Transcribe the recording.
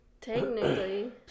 technically